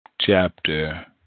Chapter